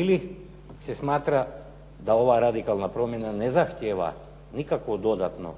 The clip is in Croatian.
ili se smatra da ova radikalna promjena ne zahtijeva nikakvu dodatnu